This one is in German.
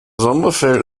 sommerfeld